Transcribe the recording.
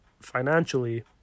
financially